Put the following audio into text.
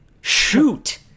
Shoot